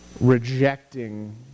rejecting